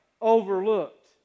overlooked